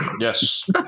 yes